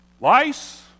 Lice